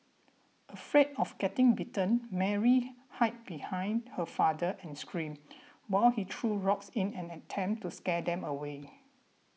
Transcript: afraid of getting bitten Mary hid behind her father and screamed while he threw rocks in an attempt to scare them away